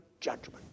judgment